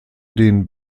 den